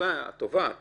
התובעת